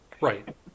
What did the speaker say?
Right